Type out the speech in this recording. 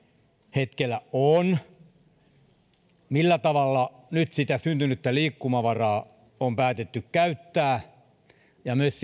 hetkellä on siitä millä tavalla nyt sitä syntynyttä liikkumavaraa on päätetty käyttää ja myös